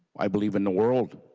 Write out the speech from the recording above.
i believe in the world.